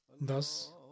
Thus